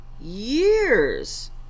Years